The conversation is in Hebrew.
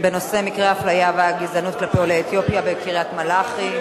מקרי האפליה והגזענות כלפי עולי אתיופיה בקריית-מלאכי.